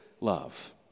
love